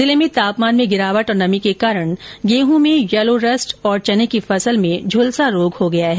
जिले में तापमान में गिरावट और नमी के कारण गेंहूँ में यलोरस्ट और चने की फसल में झुलसा रोग हो गया है